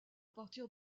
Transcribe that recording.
partir